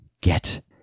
Get